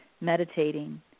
meditating